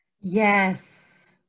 Yes